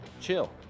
Chill